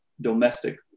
domestic